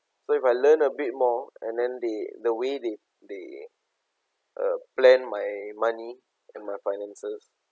so if I learn a bit more and then they the way they they uh plan my money and my finances